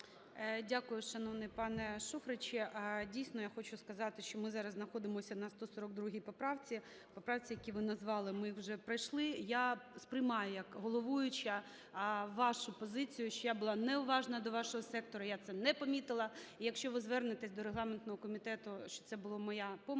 Дякую, шановний пане Шуфрич. Дійсно, я хочу сказати, що ми зараз знаходимося на 142 поправці. Поправки, які ви назвали, ми вже пройшли. Я сприймаю як головуюча вашу позицію, що я була неуважна до вашого сектору, я це не помітила. Якщо ви звернетесь до регламентного комітету, що це була моя помилка,